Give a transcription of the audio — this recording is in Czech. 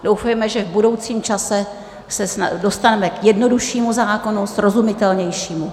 Doufejme, že v budoucím čase se dostaneme k jednoduššímu zákonu, srozumitelnějšímu.